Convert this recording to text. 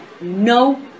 no